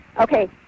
Okay